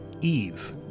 Eve